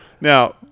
Now